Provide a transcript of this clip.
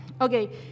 Okay